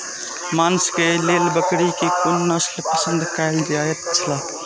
मांस के लेल बकरी के कुन नस्ल पसंद कायल जायत छला?